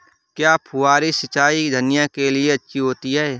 क्या फुहारी सिंचाई धनिया के लिए अच्छी होती है?